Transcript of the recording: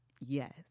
yes